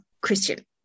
Christian